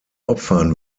opfern